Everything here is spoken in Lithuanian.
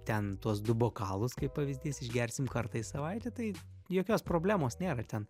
ten tuos du bokalus kaip pavyzdys išgersim kartą į savaitę tai jokios problemos nėra ten